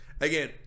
Again